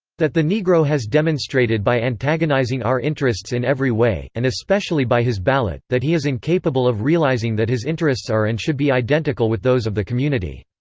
that the negro has demonstrated by antagonizing our interests in every way, and especially by his ballot, that he is incapable of realizing that his interests are and should be identical with those of the community.